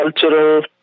cultural